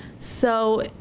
so,